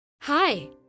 Hi